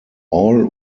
all